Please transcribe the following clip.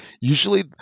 usually